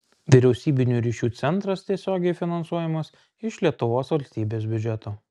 vyriausybinių ryšių centras tiesiogiai finansuojamas iš lietuvos valstybės biudžeto